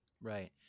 Right